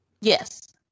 Yes